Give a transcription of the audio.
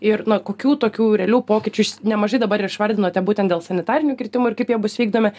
ir na kokių tokių realių pokyčių iš nemažai dabar išvardinote būtent dėl sanitarinių kirtimų ir kaip jie bus vykdomi